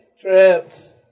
Trips